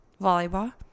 volleyball